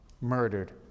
murdered